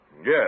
Yes